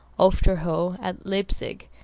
auf der hohe, at leipzig,